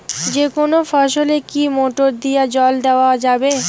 যেকোনো ফসলে কি মোটর দিয়া জল দেওয়া যাবে?